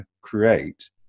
create